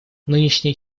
нынешний